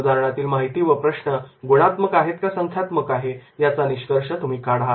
उदाहरणातील माहिती व प्रश्न गुणात्मक आहेत का संख्यात्मक आहेत याचा निष्कर्ष तुम्ही काढा